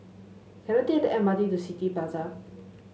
can I take the M R T to City Plaza